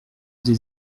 des